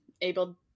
able